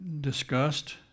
discussed